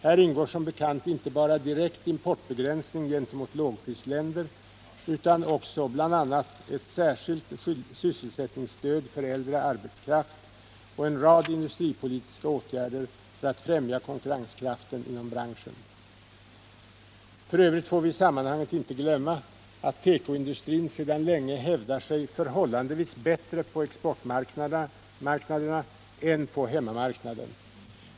Här ingår som bekant inte bara direkt importbegränsning gentemot lågprisländer utan också bl.a. ett särskilt sysselsättningsstöd för äldre arbetskraft och en rad industripolitiska åtgärder för att främja konkurrenskraften inom branschen. ; F.ö. får vi i sammanhanget inte glömma att tekoindustrin sedan länge hävdar sig förhållandevis bättre på exportmarknaderna än på hemmamarknaden.